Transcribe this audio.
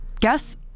guess